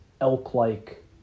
elk-like